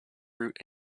route